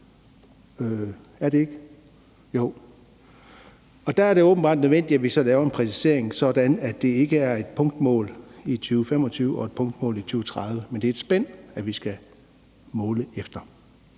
Er det ikke? Jo, og der er det åbenbart nødvendigt, at vi så laver en præcisering, sådan at det ikke er et punktmål i 2025 og et punktmål i 2030, men at det er et spænd, vi skal måle efter.